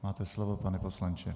Máte slovo, pane poslanče.